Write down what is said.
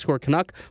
Canuck